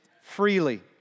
freely